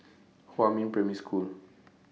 Huamin Primary School